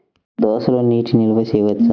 దోసలో నీటి నిల్వ చేయవచ్చా?